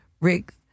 Rick